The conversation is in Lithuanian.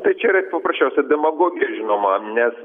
tai čia yra paprasčiausia demagogija žinoma nes